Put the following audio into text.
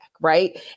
right